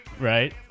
right